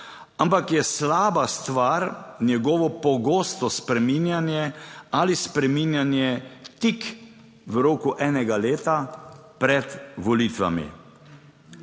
ampak je slaba stvar njegovo pogosto spreminjanje ali spreminjanje tik v roku enega leta pred volitvami.